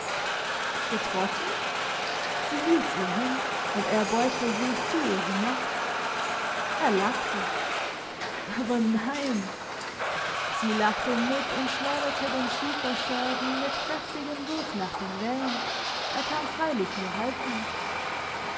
getroffen sie hielt's ihm hin und er beugte sich zu ihr hinab er lachte aber nein sie lachte mit und schleuderte den schieferscherben mit kräftigem wurf nach den wellen er kam freilich nur halb hin